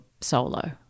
solo